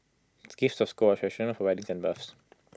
gifts of gold are for weddings and births